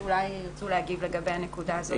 שאולי ירצו להגיב לגבי הנקודה הזאת.